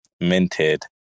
minted